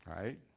right